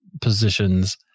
positions